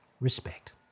respect